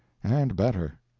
and better.